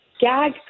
gag